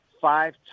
five